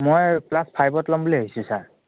মই ক্লাছ ফাইভত ল'ম বুলি ভাবিছোঁ ছাৰ